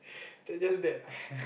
so that's that ah